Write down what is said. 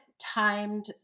timed